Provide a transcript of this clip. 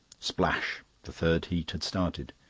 splash! the third heat had started.